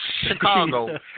Chicago